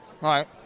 right